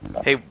Hey